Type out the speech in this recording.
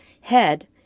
head